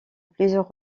plusieurs